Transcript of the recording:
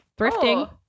thrifting